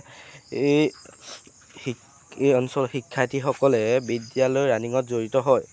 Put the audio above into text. এই শিক এই অঞ্চলৰ শিক্ষাৰ্থীসকলে বিদ্যালয়ৰ ৰানিঙত জড়িত হয়